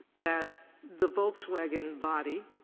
that the volkswagen body,